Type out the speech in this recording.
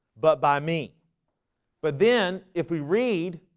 but by me but then if we read